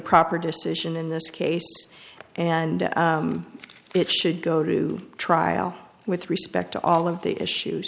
proper decision in this case and it should go through trial with respect to all of the issues